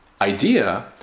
idea